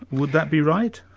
would that be right?